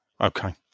Okay